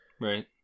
right